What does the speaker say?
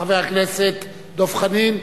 חבר הכנסת דב חנין,